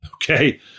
Okay